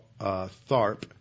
Tharp